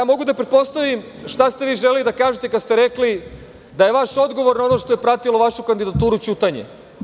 Mogu da pretpostavim šta ste vi želeli da kažete kada ste rekli da je vaš odgovor na ono što je pratilo vašu kandidaturu ćutanje.